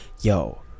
Yo